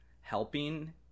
helping